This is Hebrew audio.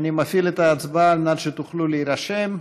חמד עמאר (ישראל ביתנו): 5 מיקי לוי (יש עתיד): 6 ג'מעה אזברגה (הרשימה